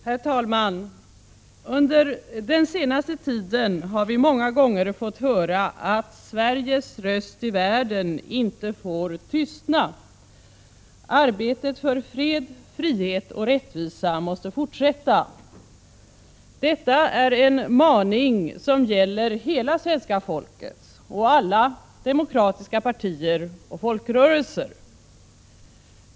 Herr talman! Under den senaste tiden har vi många gånger fått höra att Sveriges röst i världen inte får tystna. Arbetet för fred, frihet och rättvisa måste fortsätta. Detta är en maning som gäller hela svenska folket och alla demokratiska partier och folkrörelser.